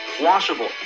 washable